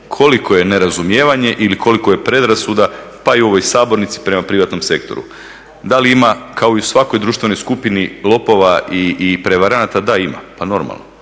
koliko je nerazumijevanje ili koliko je predrasuda pa i u ovoj sabornici prema privatnom sektoru. Da li ima kao i u svakoj društvenoj skupini lopova i prevaranata? Da ima, pa normalno.